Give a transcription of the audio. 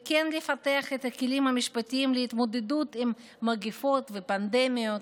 וכן לפתח את הכלים המשפטיים להתמודדות עם מגיפות ופנדמיות.